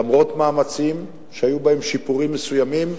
למרות מאמצים, שהיו בעקבותיהם שיפורים מסוימים,